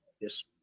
Yes